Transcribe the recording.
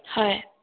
হয়